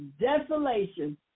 desolation